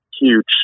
huge